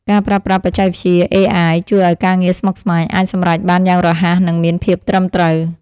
ការប្រើប្រាស់បច្ចេកវិទ្យាអេអាយជួយឱ្យការងារស្មុគស្មាញអាចសម្រេចបានយ៉ាងរហ័សនិងមានភាពត្រឹមត្រូវ។